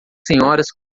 senhoras